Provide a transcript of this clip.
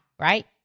right